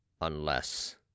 Unless